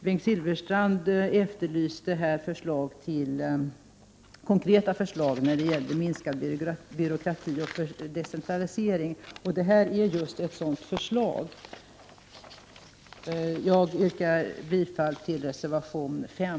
Bengt Silfverstrand efterlyste konkreta förslag när det gäller minskad byråkrati och decentralisering. Detta är just ett sådant förslag. Jag yrkar bifall till reservation 5.